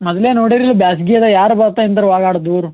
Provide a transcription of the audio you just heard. ಮೊದ್ಲೇ ನೋಡಿರಿಲ್ಲ ಬೇಸ್ಗೆ ಅದ ಯಾರು ಬತ್ತೆ ಅಂದರು ಒಳ್ಗಡೆ ದೂರ